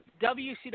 WCW